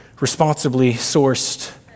responsibly-sourced